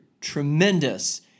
tremendous